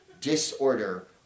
disorder